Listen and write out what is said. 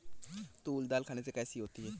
तूर दाल खाने में कैसी होती है?